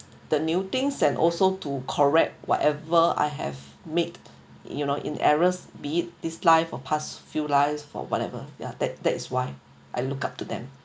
the new things and also to correct whatever I have made you know in errors be it this life or past few lives for whatever ya that that is why I look up to them